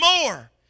more